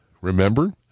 remember